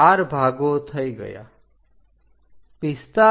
4 ભાગો થઈ ગયા